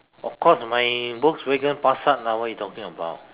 of course my Volkswagen Passat lah what you talking about